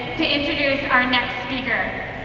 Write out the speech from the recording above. our next speaker.